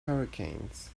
hurricanes